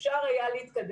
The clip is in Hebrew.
אפשר היה להתקדם.